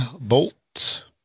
Bolt